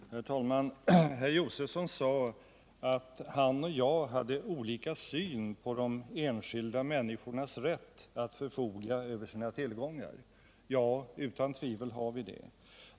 Herr talman! Stig Josefson sade att han och jag hade olika syn på de enskilda människornas rätt att förfoga över sina tillgångar. Ja, utan tvekan har vi det.